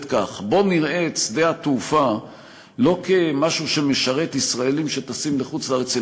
כך: בוא נראה את שדה התעופה לא כמשהו שמשרת ישראלים שטסים לחוץ-לארץ,